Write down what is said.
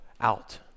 out